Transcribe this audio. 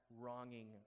wronging